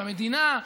במדינה,